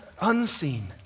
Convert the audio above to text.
unseen